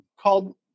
called